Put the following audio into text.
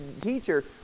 teacher